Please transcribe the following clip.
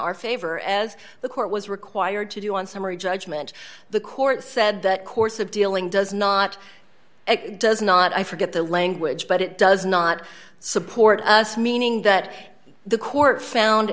our favor as the court was required to do on summary judgment the court said the course of dealing does not it does not i forget the language but it does not support us meaning that the court found